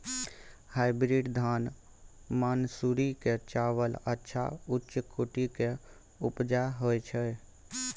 Hybrid धान मानसुरी के चावल अच्छा उच्च कोटि के उपजा होय छै?